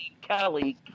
Kelly